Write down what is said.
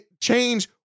change